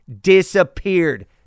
Disappeared